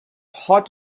hot